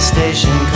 Station